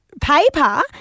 paper